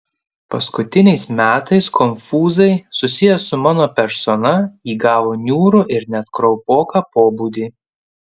paskutiniais metais konfūzai susiję su mano persona įgavo niūrų ir net kraupoką pobūdį